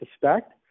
suspect